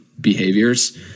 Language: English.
behaviors